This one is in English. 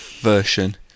version